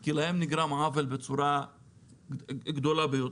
כי להם נגרם עוול בצורה גדולה ביות.